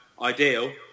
ideal